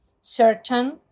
certain